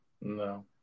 No